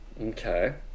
Okay